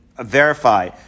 verify